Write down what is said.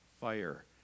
fire